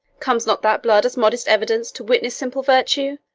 comes not that blood as modest evidence to witness simple virtue?